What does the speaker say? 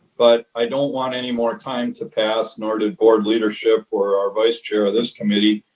but i don't want any more time to pass nor do board leadership or our vice chair of this committee,